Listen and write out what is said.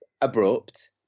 abrupt